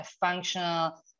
functional